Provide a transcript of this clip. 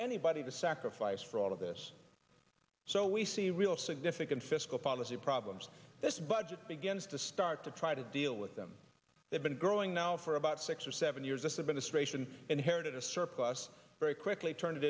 anybody to sacrifice for all of this so we see real significant fiscal policy problems this budget begins to start to try to deal with them they've been growing now for about six or seven years this administration inherited a surplus very quickly turn